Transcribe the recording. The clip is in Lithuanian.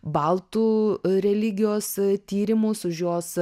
baltų religijos tyrimus už jos